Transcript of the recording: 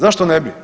Zašto ne bi?